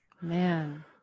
Man